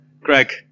Greg